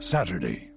Saturday